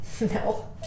No